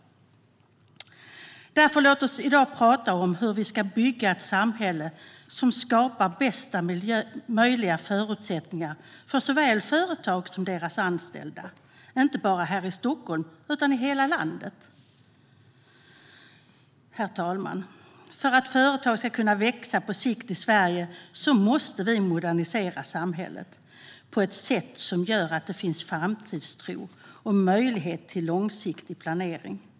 Låt oss därför i dag tala om hur vi ska bygga ett samhälle som skapar bästa möjliga förutsättningar för såväl företag som deras anställda - inte bara här i Stockholm utan i hela landet. Herr talman! För att företag ska kunna växa på sikt i Sverige måste vi modernisera samhället på ett sätt som gör att det finns framtidstro och möjlighet till långsiktig planering.